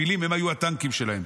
הפילים, הם היו הטנקים שלהם.